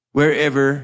Wherever